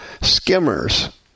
skimmers